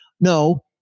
No